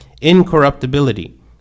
Incorruptibility